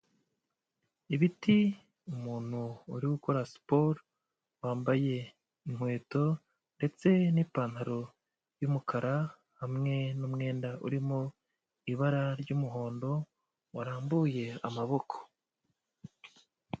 Ibiti, umuntu uri gukora siporo, wambaye inkweto ndetse n'ipantaro y'umukara hamwe n'umwenda urimo ibara ry'umuhondo, warambuye amaboko.